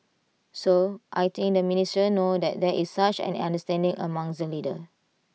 so I think the ministers know that there is such an understanding among the leaders